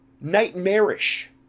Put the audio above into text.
Nightmarish